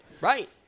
Right